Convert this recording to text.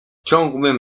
ciągłym